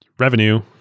Revenue